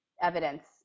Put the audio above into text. evidence